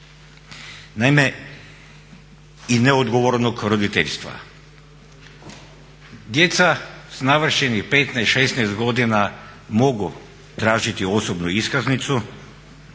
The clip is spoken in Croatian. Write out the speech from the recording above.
braka i neodgovornog roditeljstva. Naime, djeca s navršenih 15, 16 godina mogu tražiti osobnu iskaznicu